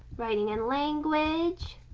writing and language